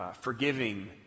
forgiving